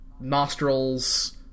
Nostrils